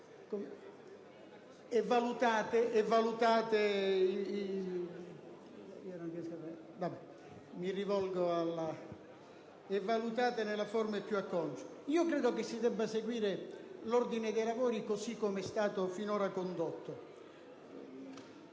e valutarle nella forma più consona. Credo si debba seguire l'ordine dei lavori com'è stato finora condotto.